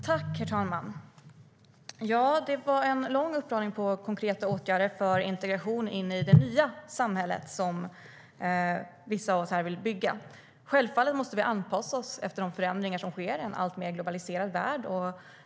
Herr talman! Ja, det var en lång uppradning av konkreta åtgärder för integration i det nya samhälle som vissa av oss här vill bygga. Självfallet måste vi anpassa oss till de förändringar som sker i en alltmer globaliserad värld.